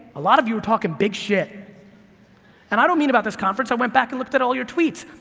a lot of you are talking big shit and i don't mean about this conference, i went back and looked at all your tweets,